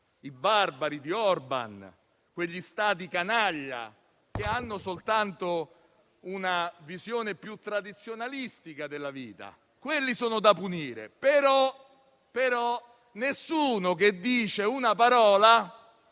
i barbari di Orbàn e quegli Stati canaglia che hanno soltanto una visione più tradizionalista della vita sono da punire, però nessuno dice una parola